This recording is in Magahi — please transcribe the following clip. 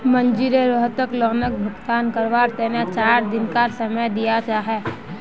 मनिजर रोहितक लोन भुगतान करवार तने चार दिनकार समय दिया छे